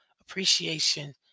appreciation